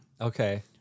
Okay